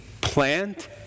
plant